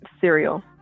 cereal